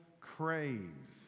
craves